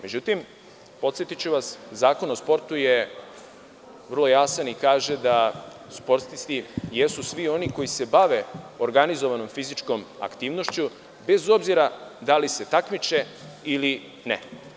Međutim, podsetiću vas, Zakon o sportu je vrlo jasan i kaže da sportisti jesu svi oni koji se bave organizovanom fizičkom aktivnošću, bez obzira da li se takmiče ili ne.